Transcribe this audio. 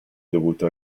dovuto